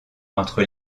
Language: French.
entre